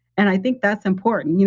and i think that's important.